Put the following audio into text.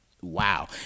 wow